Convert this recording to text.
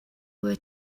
were